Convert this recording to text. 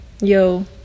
yo